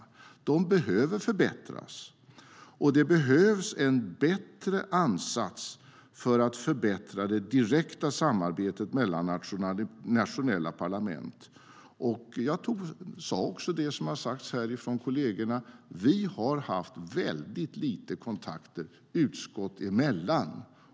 De behöver förbättras. Det behövs en bättre ansats för att förbättra det direkta samarbetet mellan nationella parlament. Jag sa det som också sagts här från kollegerna. Vi har haft väldigt lite kontakter utskott emellan.